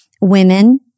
women